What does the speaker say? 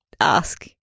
ask